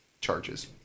charges